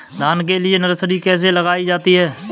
धान के लिए नर्सरी कैसे लगाई जाती है?